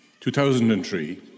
2003